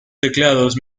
teclados